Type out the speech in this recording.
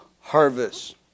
harvest